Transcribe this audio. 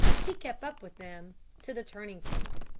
he kept up with them to the turning point.